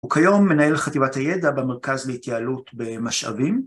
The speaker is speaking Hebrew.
הוא כיום מנהל חטיבת הידע במרכז להתייעלות במשאבים.